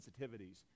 sensitivities